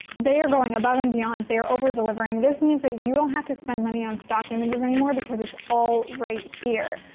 they are going above and beyond. they are over delivering. this means that you don't have to spend money on stock images anymore because it's all right here.